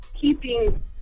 keeping